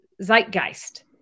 zeitgeist